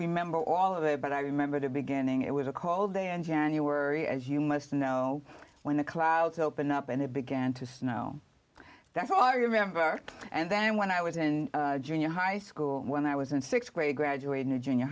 remember all of it but i remember the beginning it was a call day in january as you must know when the clouds opened up and it began to snow that's all i remember and then when i was in junior high school when i was in th grade graduating a junior